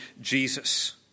Jesus